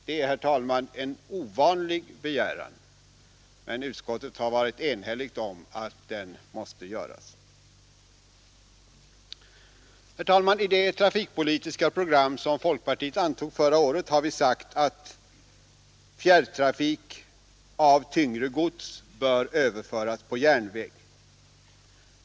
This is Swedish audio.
Det är, herr talman, en ovanlig begäran, men utskottet har varit enhälligt om att den måste göras. Herr talman! I det trafikpolitiska program, som folkpartiet antog förra året, har vi sagt att fjärrtrafik av tyngre gods bör överföras på järnväg.